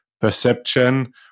perception